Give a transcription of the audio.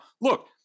look